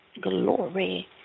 glory